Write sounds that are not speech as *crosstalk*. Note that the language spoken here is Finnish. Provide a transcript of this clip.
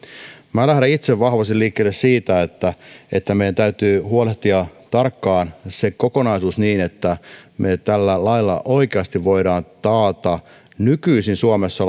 minä lähden itse vahvasti liikkeelle siitä että meidän täytyy huolehtia tarkkaan se kokonaisuus niin että me tällä lailla oikeasti voimme taata nykyisin suomessa *unintelligible*